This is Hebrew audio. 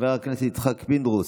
חבר הכנסת יצחק פינדרוס,